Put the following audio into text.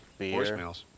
voicemails